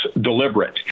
deliberate